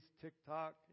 TikTok